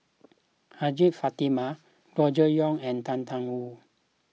Hajjah Fatimah Gregory Yong and Tang Da Wu